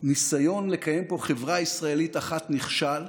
הניסיון לקיים פה חברה ישראלית אחת נכשל,